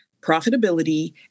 profitability